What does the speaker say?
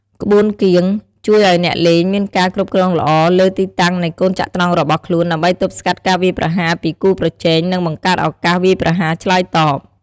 ក្បួនគៀងជួយឲ្យអ្នកលេងមានការគ្រប់គ្រងល្អលើទីតាំងនៃកូនចត្រង្គរបស់ខ្លួន ដើម្បីទប់ស្កាត់ការវាយប្រហារពីគូប្រជែង និងបង្កើតឱកាសវាយប្រហារឆ្លើយតប។